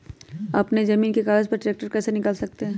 अपने जमीन के कागज पर ट्रैक्टर कैसे निकाल सकते है?